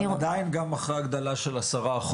אבל עדיין גם אחרי הגדלה של 10%,